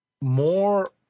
more